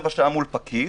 רבע שעה מול פקיד,